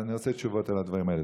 אני רוצה תשובות על הדברים האלה.